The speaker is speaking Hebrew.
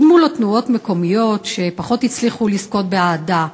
קדמו לו תנועות מקומיות שפחות הצליחו לזכות באהדה,